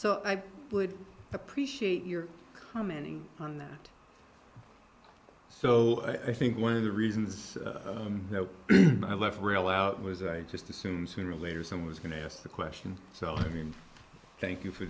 so i would appreciate your commenting on that so i think one of the reasons i left real out was a just assume sooner or later someone was going to ask the question so i mean thank you for